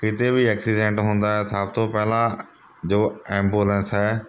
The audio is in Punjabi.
ਕਿਤੇ ਵੀ ਐਕਸੀਡੈਂਟ ਹੁੰਦਾ ਸਭ ਤੋਂ ਪਹਿਲਾਂ ਜੋ ਐਬੂਲੈਂਸ ਹੈ